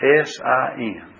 S-I-N